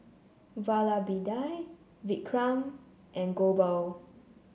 Vallabhbhai Vikram and Gopal